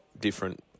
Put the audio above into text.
different